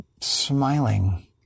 smiling